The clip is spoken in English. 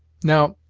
now,